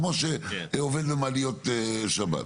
כמו שעובד במעליות שבת.